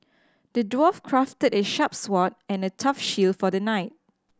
the dwarf crafted a sharp sword and a tough shield for the knight